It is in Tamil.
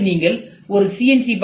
அடுத்து நீங்கள் ஒரு சி